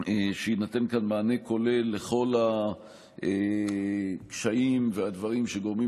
שיינתן כאן מענה כולל לכל הקשיים והדברים שגורמים